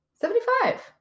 Seventy-five